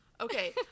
okay